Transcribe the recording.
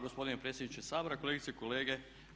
gospodine predsjedniče Sabora, kolegice i kolege.